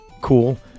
cool